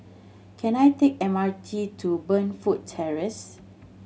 can I take M R T to Burnfoot Terrace